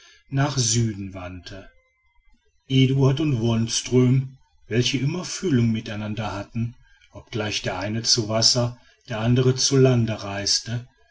nach süden wandte eduard und wonström welche immer fühlung miteinander hatten obgleich der eine zu wasser der andere zu lande reiste